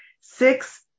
Six